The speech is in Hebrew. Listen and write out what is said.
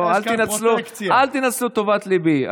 בואו, אל תנצלו טוב ליבי.